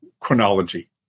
chronology